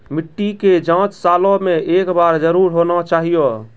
मिट्टी के जाँच सालों मे एक बार जरूर होना चाहियो?